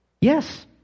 Yes